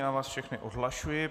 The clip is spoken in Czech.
Já vás všechny odhlašuji.